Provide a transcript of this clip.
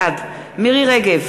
בעד מירי רגב,